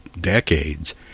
decades